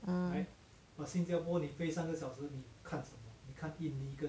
mm